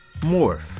Morph